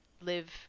live